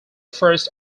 first